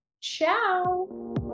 Ciao